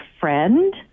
friend